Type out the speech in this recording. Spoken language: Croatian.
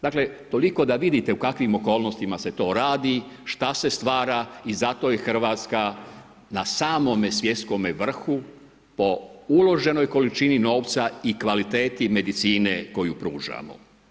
Dakle, toliko da vidite u kakvim okolnostima se to radi, šta se stvara i zato je Hrvatska na samome svjetskome vrhu po uloženoj količini novca i kvaliteti medicine koju pružamo.